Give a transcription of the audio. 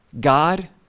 God